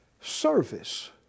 service